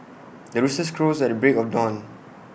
the rooster crows at the break of dawn